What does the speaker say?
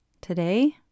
today